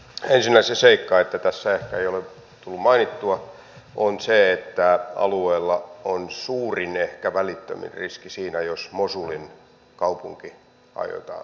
ensinnä se seikka mitä tässä ehkä ei ole tullut mainittua on se että alueella on suurin ehkä välittömin riski siinä jos mosulin kaupunki aiotaan vallata takaisin